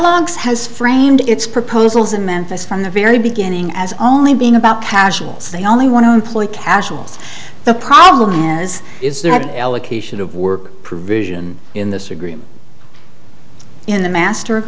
kellogg's has framed its proposals in memphis from the very beginning as only being about casuals they only want to employ casuals the problem is is there any allocation of work provision in this agreement in the master